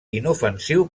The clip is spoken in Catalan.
inofensiu